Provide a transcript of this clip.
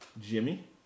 Jimmy